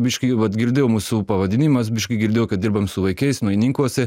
biškį vat girdėjo mūsų pavadinimas biškį girdėjo kad dirbam su vaikais naujininkuose